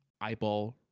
eyeball